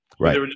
Right